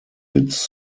its